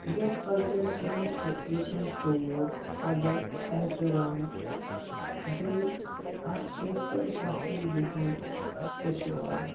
یتھ کلچرس منٛز چھُ لُکن شعوٗر ادب احتِرام بییٚہِ اکھ سمپل ووتھُن بِہُن ہچھناوان